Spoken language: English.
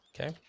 Okay